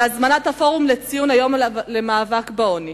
בהזמנת הפורום לציון היום למאבק בעוני.